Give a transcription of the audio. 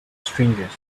strangers